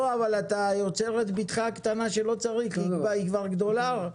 אבל אתה יוצר את בתך הקטנה כשלא צריך כי היא כבר גדולה.